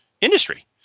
industry